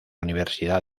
universidad